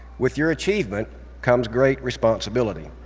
with your achievement comes great responsibility.